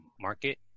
market